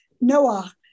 Noah